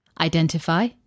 identify